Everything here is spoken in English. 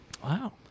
Wow